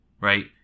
Right